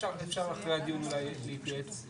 אפשר אחרי הדיון להתייעץ.